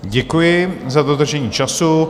Děkuji za dodržení času.